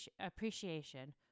appreciation